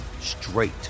straight